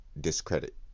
discredit